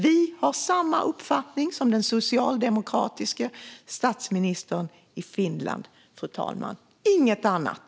Vi har samma uppfattning som den socialdemokratiska statsministern i Finland, fru talman, ingen annan.